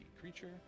creature